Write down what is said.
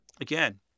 Again